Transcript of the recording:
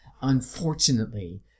Unfortunately